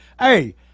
Hey